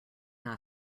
not